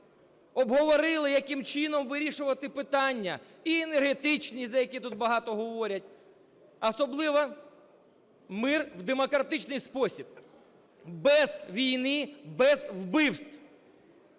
обговорили, яким чином вирішувати питання і енергетичні, за які тут багато говорять, особливо мир в демократичний спосіб, без війни, без вбивств.